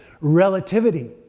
Relativity